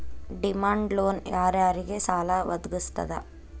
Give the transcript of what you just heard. Demand loan ಯಾರ್ ಯಾರಿಗ್ ಸಾಲಾ ವದ್ಗಸ್ತದ?